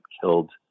killed